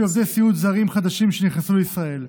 עובדי סיעוד זרים חדשים שנכנסו לישראל.